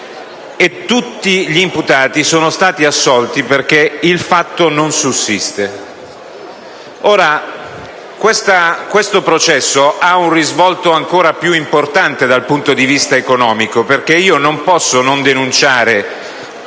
di tutti gli imputati perché il fatto non sussiste. Questo processo ha un risvolto ancora più importante dal punto di vista economico, perché non posso non denunciare che,